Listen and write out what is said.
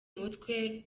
mutwe